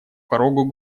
порогу